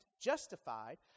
justified